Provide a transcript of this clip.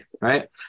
right